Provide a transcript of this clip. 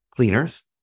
Cleaners